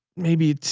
maybe